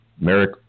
Merrick